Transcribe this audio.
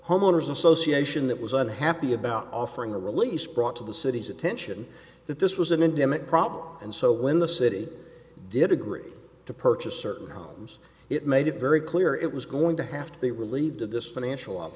homeowners association that was unhappy about offering a release brought to the city's attention that this was an endemic problem and so when the city did agree to purchase certain homes it made it very clear it was going to have to be relieved of this financial o